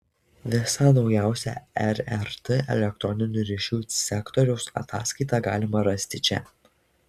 visą naujausią rrt elektroninių ryšių sektoriaus ataskaitą galima rasti čia